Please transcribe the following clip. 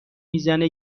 میزنه